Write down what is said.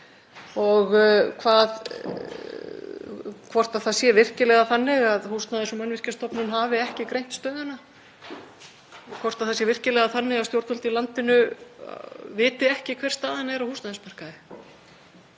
hvort það sé virkilega þannig að Húsnæðis- og mannvirkjastofnun hafi ekki greint stöðuna, hvort það sé virkilega þannig að stjórnvöld í landinu viti ekki hver staðan er á húsnæðismarkaði.